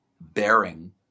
bearing